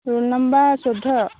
roll number চৈধ্য